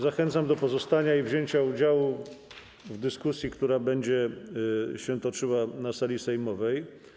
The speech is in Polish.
Zachęcam do pozostania i wzięcia udziału w dyskusji, która będzie się toczyła na sali sejmowej.